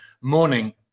morning